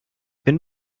bin